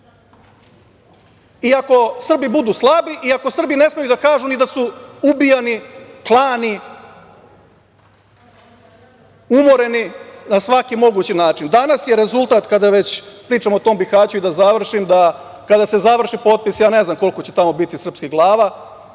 ako Srbi budu slabi, i ako Srbi ne smeju da kažu ni da su ubijani, klani, umoreni na svaki mogući način. Danas je rezultat, kada već pričamo o tom Bihaću, i da završim da, kada se završi popis, ja ne znam koliko će tamo biti srpskih glava.